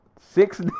Six